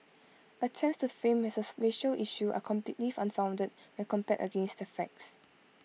attempts to frame as A issue are completely unfounded when compared against the facts